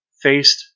faced